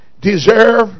deserve